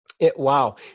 Wow